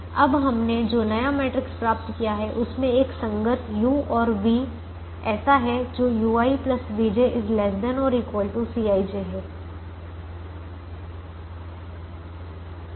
और अब हमने जो नया मैट्रिक्स प्राप्त किया है उसमें एक संगत u और v ऐसा है जो ui vj ≤ Cij है